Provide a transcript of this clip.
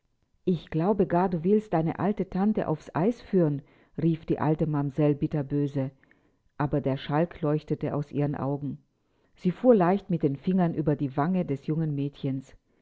ich glaube gar du willst deine alte tante aufs eis führen rief die alte mamsell bitterböse aber der schalk leuchtete aus ihren augen sie fuhr leicht mit den fingern über die wange des jungen mädchens